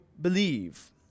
believe